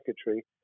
secretary